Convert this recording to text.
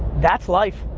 that's life,